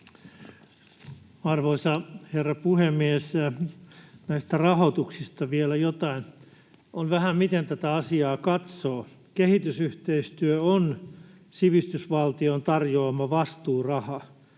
Arvoisa herra puhemies! Näistä rahoituksista vielä jotain: On vähän, miten tätä asiaa katsoo: kehitysyhteistyö on sivistysvaltion tarjoama vastuuraha.